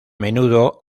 menudo